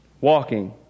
walking